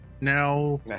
Now